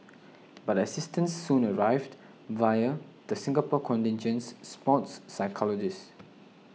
but assistance soon arrived via the Singapore contingent's sports psychologist